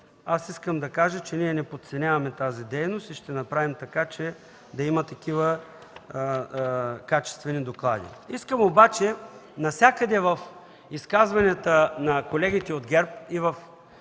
аз искам да кажа, че ние не подценяваме тази дейност и ще направим така, че да има такива качествени доклади. Искам обаче да кажа, че навсякъде в изказванията на колегите от ГЕРБ и в